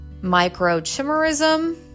microchimerism